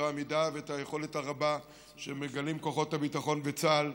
העמידה ואת היכולת הרבה שמגלים כוחות הביטחון וצה"ל,